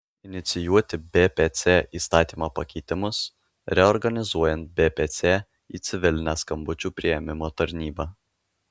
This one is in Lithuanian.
inicijuoti bpc įstatymo pakeitimus reorganizuojant bpc į civilinę skambučių priėmimo tarnybą